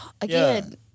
again